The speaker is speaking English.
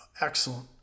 excellent